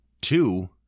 two